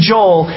Joel